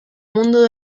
mundo